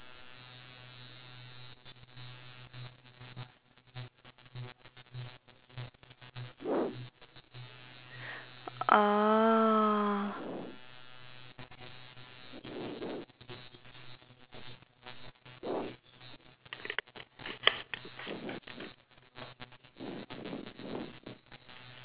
oh